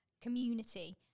community